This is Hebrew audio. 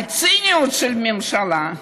הציניות של הממשלה.